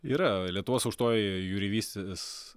yra lietuvos aukštoji jūreivystės